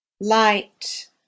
light